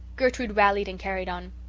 gertrude rallied and carried on.